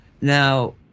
Now